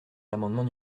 l’amendement